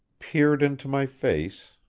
peered into my face,